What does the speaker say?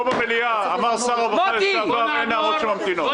פה במליאה אמר שר הרווחה שאין נערות שממתינות.